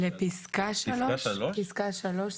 לסעיף 2, פסקה 3,